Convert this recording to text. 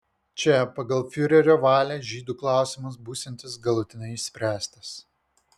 čia pagal fiurerio valią žydų klausimas būsiantis galutinai išspręstas